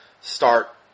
start